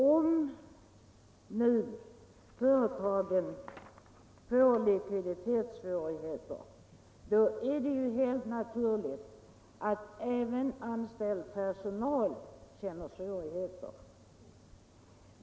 Om nu företagen får likviditetsproblem, är det helt naturligt att även anställd personal får vidkännas svårigheter.